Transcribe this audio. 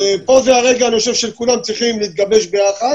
פה זה הרגע שכולם צריכים להתגבש ביחד